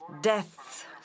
death